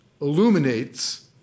illuminates